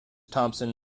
thompson